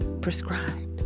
prescribed